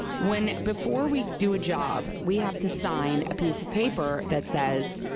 when, before we do a job, we have to sign a piece of paper that says,